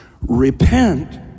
Repent